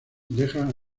dejan